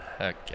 Okay